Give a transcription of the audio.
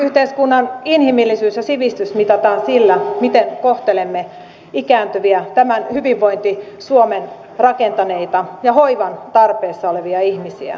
yhteiskunnan inhimillisyys ja sivistys mitataan sillä miten kohtelemme ikääntyviä tämän hyvinvointi suomen rakentaneita ja hoivan tarpeessa olevia ihmisiä